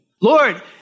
Lord